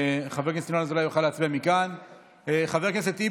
חבר הכנסת ינון אזולאי יוכל להצביע מכאן.